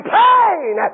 pain